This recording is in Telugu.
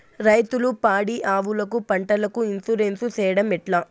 రైతులు పాడి ఆవులకు, పంటలకు, ఇన్సూరెన్సు సేయడం ఎట్లా?